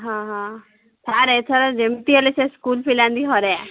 ହଁ ହଁ ସାର୍ ଏଥର ଯେମିତି ହେଲେ ସେ ସ୍କୁଲ୍ ପିଲାଙ୍କୁ ହରାଇବା